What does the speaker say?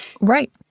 Right